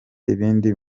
ibindi